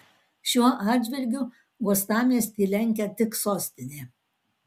šiuo atžvilgiu uostamiestį lenkia tik sostinė